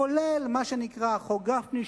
כולל מה שנקרא חוק גפני,